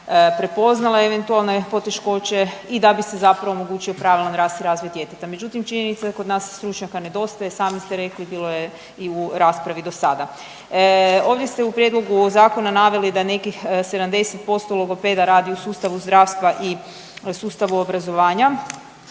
prepoznale eventualne poteškoće i da bi se zapravo omogućio pravila rast i razvoj djeteta. Međutim, činjenica je da kod nas stručnjaka nedostaje sami ste rekli bilo je i u raspravi do sada. Ovdje ste u prijedlogu zakona naveli da nekih 70% logopeda radi u sustavu zdravstva i sustavu obrazovanja